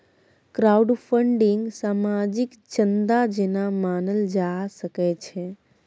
crowdfunding सामाजिक चन्दा जेना मानल जा सकै छै